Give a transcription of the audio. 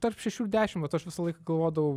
tarp šešių ir dešimt vat aš visąlaik galvodavau